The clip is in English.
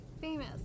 famous